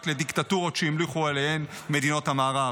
לדיקטטורות שהמליכו עליהן מדינות המערב,